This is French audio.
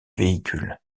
véhicules